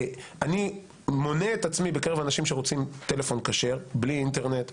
אני מונה את עצמי בקרב אנשים שרוצים טלפון כשר בלי אינטרנט,